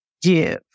give